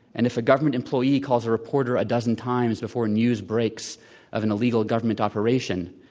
and if a government employee calls a reporter a dozen times before news breaks of an illegal government operation,